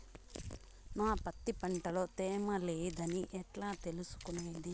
నా పత్తి పంట లో తేమ లేదని ఎట్లా తెలుసుకునేది?